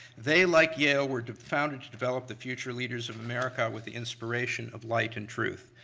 they, like yale, were founded to develop the future leaders of america with the inspiration of light and truth.